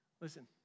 listen